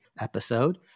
episode